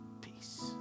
peace